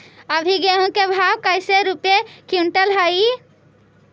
अभी गेहूं के भाव कैसे रूपये क्विंटल हई?